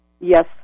yes